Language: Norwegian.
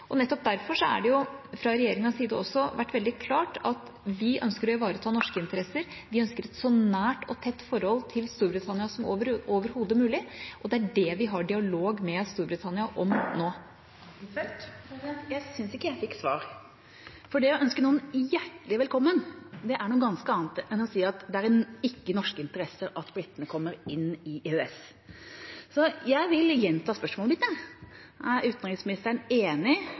Nettopp derfor har det, også fra regjeringas side, vært veldig klart at vi ønsker å ivareta norske interesser, vi ønsker et så nært og tett forhold til Storbritannia som overhodet mulig, og det er det vi har dialog med Storbritannia om nå. Anniken Huitfeldt – til oppfølgingsspørsmål. Jeg synes ikke jeg fikk svar, for det å ønske noen «hjertelig velkommen» er noe ganske annet enn å si at det ikke er i norske interesser at britene kommer inn i EØS. Så jeg vil gjenta spørsmålet mitt: Er utenriksministeren enig